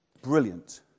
brilliant